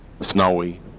snowy